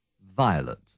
Violet